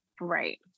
Right